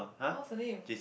what's her name